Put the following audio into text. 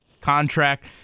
contract